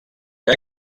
que